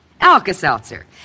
Alka-Seltzer